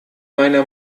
meiner